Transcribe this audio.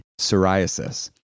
psoriasis